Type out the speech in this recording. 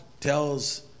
tells